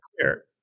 clear